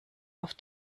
auf